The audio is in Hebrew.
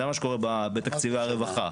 זה מה שקורה בתקציבי הרווחה.